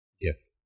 Yes